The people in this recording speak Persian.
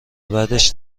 بعدش